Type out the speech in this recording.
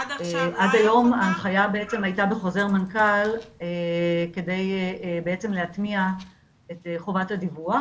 עד היום ההנחיה הייתה בחוזר מנכ"ל כדי להטמיע את חובת הדיווח,